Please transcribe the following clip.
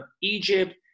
Egypt